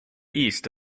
east